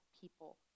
people